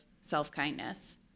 self-kindness